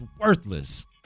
worthless